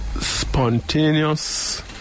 spontaneous